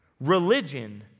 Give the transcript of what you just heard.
Religion